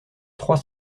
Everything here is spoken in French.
trois